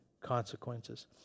consequences